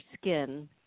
skin